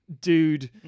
dude